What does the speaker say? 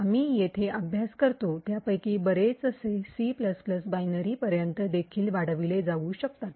आम्ही येथे अभ्यास करतो त्यापैकी बरेचसे C बायनरीपर्यंत देखील वाढविले जाऊ शकतात